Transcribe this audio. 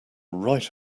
right